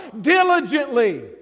diligently